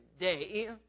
Day